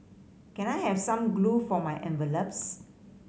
can I have some glue for my envelopes